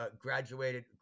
graduated